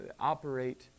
operate